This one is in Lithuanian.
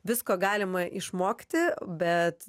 visko galima išmokti bet